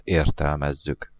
értelmezzük